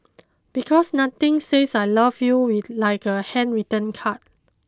because nothing says I love you like a handwritten card